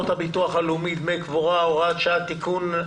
סדר היום הצעת תקנות הביטוח הלאומי (דמי קבורה) (הוראת שעה) (תיקון)